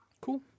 Cool